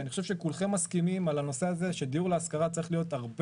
ואני חושב שכולכם מסכימים שדיור להשכרה צריך להיות הרבה